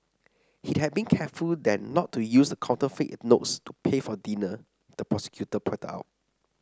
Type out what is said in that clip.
he had been careful then not to use the counterfeit notes to pay for dinner the prosecutor pointed out